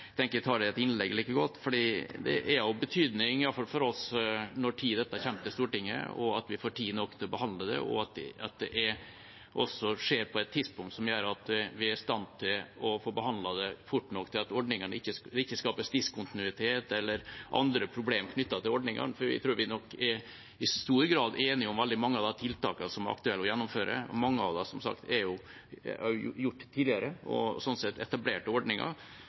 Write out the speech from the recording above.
like godt tar det i et innlegg. Iallfall for oss er det av betydning når dette kommer til Stortinget, at vi får tid nok til å behandle det, og at det også skjer på et tidspunkt som gjør at vi er i stand til å få behandlet det fort nok til at det ikke skapes diskontinuitet eller andre problemer knyttet til ordningene. Jeg tror nok vi i stor grad er enige om veldig mange av de tiltakene som er aktuelle å gjennomføre, og mange av dem er som sagt gjort tidligere, og slik sett etablerte ordninger.